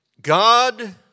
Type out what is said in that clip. God